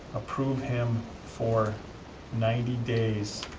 approve him for ninety days